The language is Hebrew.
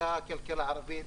לכלכלה הערבית,